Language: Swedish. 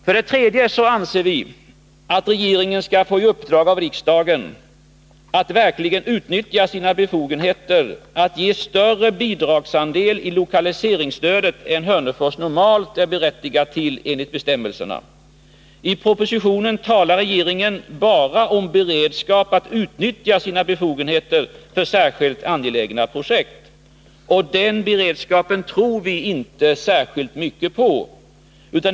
För det tredje anser vi att regeringen skall få i uppdrag av riksdagen att verkligen utnyttja sina befogenheter att ge större bidragsandel i lokaliseringsstödet än Hörnefors normalt är berättigat till enligt bestämmelserna. I propositionen talar regeringen bara om beredskap att utnyttja sina befogenheter för särskilt angelägna projekt. Den beredskapen tror vi inte särskilt mycket på.